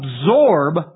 absorb